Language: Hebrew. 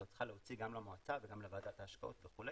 צריכה להוציא גם למועצה וגם לוועדת ההשקעות וכו',